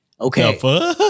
Okay